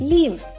Leave